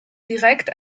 direkt